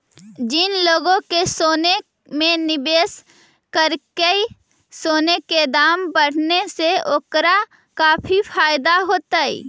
जिन लोगों ने सोने में निवेश करकई, सोने के दाम बढ़ने से ओकरा काफी फायदा होतई